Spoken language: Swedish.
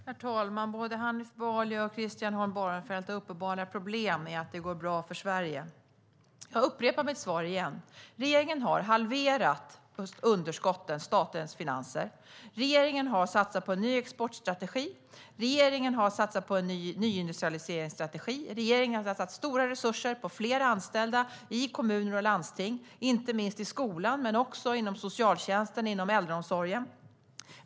Herr talman! Både Hanif Bali och Christian Holm Barenfeld har uppenbara problem med att det går bra för Sverige. Jag upprepar mitt svar: Regeringen har halverat underskotten i statens finanser. Regeringen har satsat på en ny exportstrategi. Regeringen har satsat på en nyindustrialiseringsstrategi. Regeringen har satsat stora resurser på fler anställda i kommuner och landsting, inte minst i skolan men också inom socialtjänsten och äldreomsorgen.